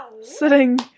sitting